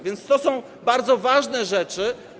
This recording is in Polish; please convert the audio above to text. Więc to są bardzo ważne rzeczy.